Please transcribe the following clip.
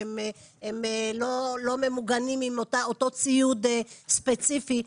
שהם לא ממוגנים עם אותו ציוד ספציפי,